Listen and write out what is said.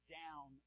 down